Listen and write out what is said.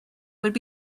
would